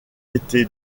été